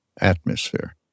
atmosphere